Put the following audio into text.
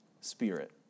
spirit